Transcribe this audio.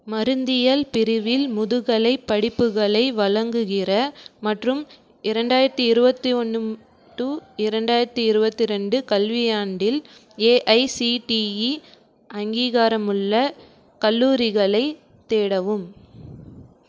மருந்தியல் பிரிவில் முதுகலைப் படிப்புகளை வழங்குகிற மற்றும் இரண்டாயிரத்து இருபத்தி ஒன்று டூ இரண்டாயிரத்து இருபத்தி ரெண்டு கல்வியாண்டில் ஏஐசிடிஇ அங்கீகாரமுள்ள கல்லூரிகளைத் தேடவும்